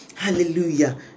Hallelujah